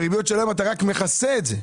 בריביות של היום אתה רק מכסה את זה.